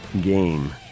game